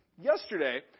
yesterday